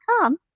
come